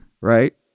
right